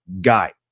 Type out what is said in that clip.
guy